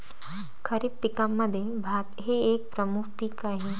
खरीप पिकांमध्ये भात हे एक प्रमुख पीक आहे